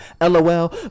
lol